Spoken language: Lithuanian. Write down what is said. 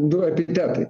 du epitetai